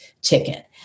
ticket